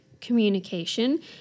communication